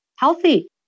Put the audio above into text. Healthy